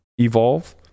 evolve